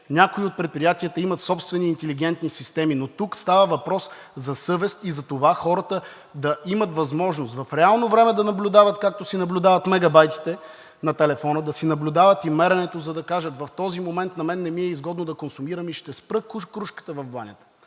някои от предприятията имат собствени интелигентни системи, но тук става въпрос за съвест и за това хората да имат възможност в реално време да наблюдават, както си наблюдават мегабайтите на телефона, да си наблюдават и меренето, за да кажат: в този момент на мен не ми е изгодно да консумирам и ще спра крушката в банята.